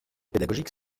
pédagogiques